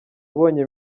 ubonye